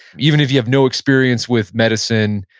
even if you have no experience with medicine,